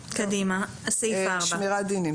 קדימה, סעיף 4. "שמירת דינים4.